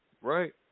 Right